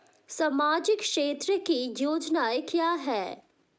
सामाजिक क्षेत्र की योजनाएं क्या हैं?